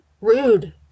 Rude